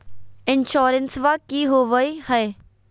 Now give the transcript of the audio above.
इंसोरेंसबा की होंबई हय?